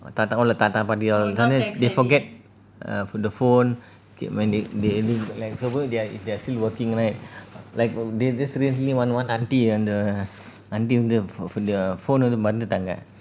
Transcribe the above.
thatha all the thatha paati paati sometimes they forget err th~ the phone c~ when they they leave like supposed they're they're still working right like the~ there's this really one one auntie and the auntie வந்து:vanthu phone also மறந்துட்டாங்க:maranthutaanga